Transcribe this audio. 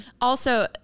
Also-